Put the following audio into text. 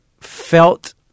felt